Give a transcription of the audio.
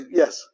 yes